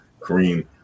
Kareem